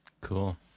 Cool